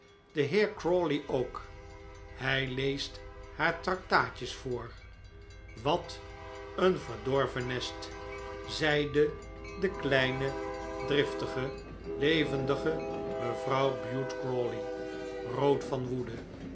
de heer crawley ook hij leest haar tractaatjes voor wat een verdorven nest zeide de kleine driftige levendige mevrouw bute crawley rood van woede